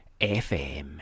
FM